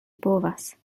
povas